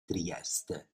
trieste